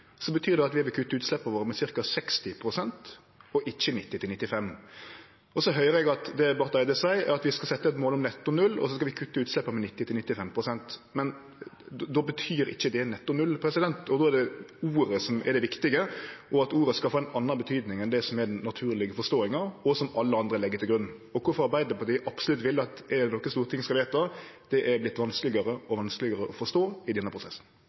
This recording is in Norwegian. at vi vil kutte utsleppa våre med ca. 60 pst., ikkje 90–95 pst. Så høyrer eg at det Barth Eide seier, er at vi skal setje eit mål om netto null, og så skal vi kutte utsleppa med 90–95 pst., men då betyr ikkje det netto null. Då er det orda som er det viktige, og at orda skal få ei anna betyding enn det som er den naturlege forståinga, og som alle andre legg til grunn. Kvifor Arbeidarpartiet absolutt vil at det er noko Stortinget skal vedta, har vorte vanskelegare og vanskelegare å forstå i denne prosessen.